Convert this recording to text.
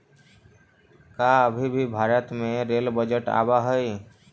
का अभी भी भारत में रेल बजट आवा हई